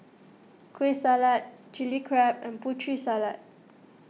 Kueh Salat Chili Crab and Putri Salad